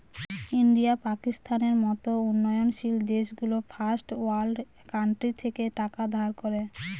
India, পাকিস্তানের মত উন্নয়নশীল দেশগুলো ফার্স্ট ওয়ার্ল্ড কান্ট্রি থেকে টাকা ধার করে